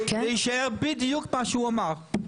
זה יישאר בדיוק מה שהוא אמר.